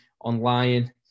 online